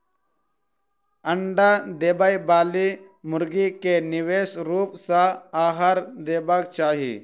अंडा देबयबाली मुर्गी के विशेष रूप सॅ आहार देबाक चाही